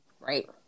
right